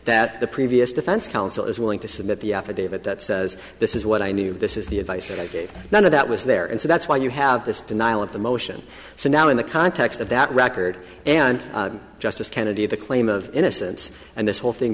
that the previous defense counsel is willing to submit the affidavit that says this is what i knew this is the advice that i gave none of that was there and so that's why you have this denial of the motion so now in the context of that record and justice kennedy the claim of innocence and this whole thing